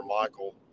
Michael